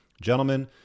Gentlemen